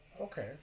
okay